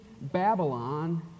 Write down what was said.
Babylon